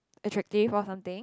it tricky for something